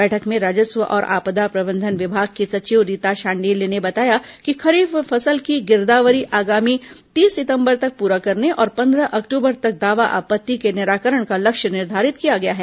बैठक में राजस्व और आपदा प्रबंधन विभाग की सचिव रीता शांडिल्य ने बताया कि खरीफ फसल की गिरदावरी आगामी तीस सितंबर तक पूरा करने और पंद्रह अक्टूबर तक दावा आपत्ति के निराकरण का लक्ष्य निर्धारित किया गया है